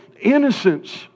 innocence